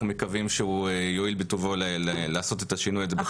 אנחנו מקווים שהוא יואיל בטובו לעשות את השינוי הזה בתקנות.